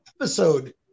episode